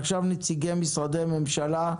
עכשיו נציגי משרדי הממשלה.